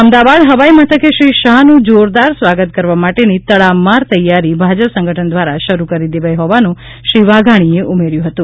અમદાવાદ હવાઇમથકે શ્રી શાહનું જોરદાર સ્વાગત કરવા માટેની તડામાર તૈયારી ભાજપ સંગઠન દ્વારા શરૂ કરી દેવાઇ હોવાનું શ્રી વાઘાણીએ ઉમેર્યું હતું